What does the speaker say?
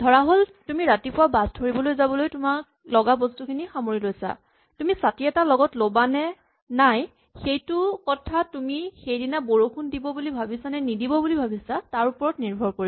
ধৰাহ'ল তুমি ৰাতিপুৱা বাচ ধৰিবলৈ যাবলৈ তোমাৰ লগা বস্তুখিনি সামৰি লৈছা তুমি ছাতি এটা লগত ল'বানে নাই সেইটো কথা তুমি সেইদিনা বৰষুণ দিব বুলি ভাৱিছা নে নিদিব বুলি ভাৱিছা তাৰ ওপৰত নিৰ্ভৰ কৰিব